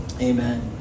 Amen